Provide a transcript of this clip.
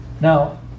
Now